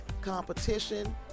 competition